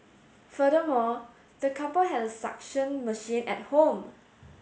furthermore the couple had a suction machine at home